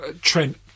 Trent